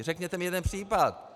Řekněte mi jeden případ!